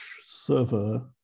server